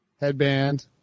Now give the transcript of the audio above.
Headband